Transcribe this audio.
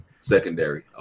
secondary